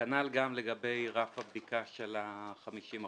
כנ"ל לגבי רף הבדיקה של ה-50%.